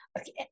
Okay